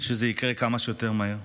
שזה יקרה כמה שיותר מהר.